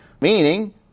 Meaning